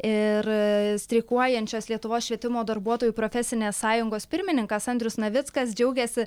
ir streikuojančios lietuvos švietimo darbuotojų profesinės sąjungos pirmininkas andrius navickas džiaugėsi